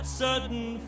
certain